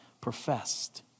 professed